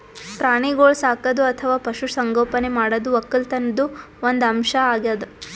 ಪ್ರಾಣಿಗೋಳ್ ಸಾಕದು ಅಥವಾ ಪಶು ಸಂಗೋಪನೆ ಮಾಡದು ವಕ್ಕಲತನ್ದು ಒಂದ್ ಅಂಶ್ ಅಗ್ಯಾದ್